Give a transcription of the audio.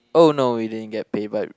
oh no we didn't get paid but